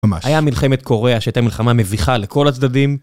-מש. היה מלחמת קוריאה, שהייתה מלחמה מביכה לכל הצדדים.